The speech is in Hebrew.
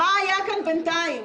מה היה כאן בינתיים?